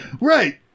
Right